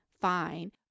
fine